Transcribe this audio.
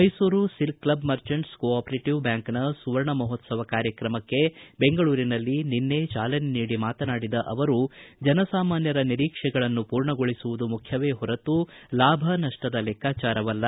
Mysuru silk club merchants cooperative ಬ್ಯಾಂಕ್ನ ಸುವರ್ಣ ಮಹೋತ್ಸವ ಕಾರ್ಯಕ್ರಮಕ್ಕೆ ಬೆಂಗಳೂರಿನಲ್ಲಿ ನಿನ್ನೆ ಚಾಲನೆ ನೀಡಿ ಮಾತನಾಡಿದ ಅವರು ಜನಸಾಮಾನ್ಯರ ನಿರೀಕ್ಷೆಗಳನ್ನು ಪೂರ್ಣಗೊಳಿಸುವುದು ಮುಖ್ಯವೇ ಹೊರತು ಲಾಭ ನಪ್ಪದ ಲೆಕ್ಕಾಚಾರವಲ್ಲ